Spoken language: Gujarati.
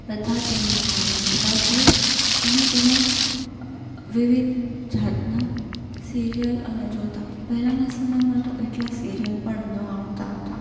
બધા તેમનાં ઘરે ભેગાં થઈ અને તેમાં વિવિધ જાતનાં સિરિયલ અને જોતાં પહેલાંના સમયમાં તો એટલાં સિરિયલ પણ ન આવતાં હતાં